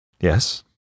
Yes